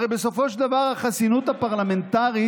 הרי בסופו של דבר החסינות הפרלמנטרית